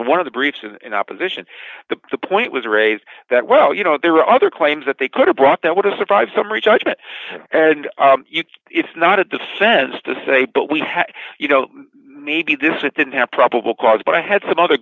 isn't one of the briefs and in opposition to the point was raised that well you know there were other claims that they could have brought that was a five summary judgment and it's not a defense to say but we had you know maybe this it didn't have probable cause but i had some other